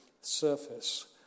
surface